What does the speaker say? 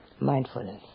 mindfulness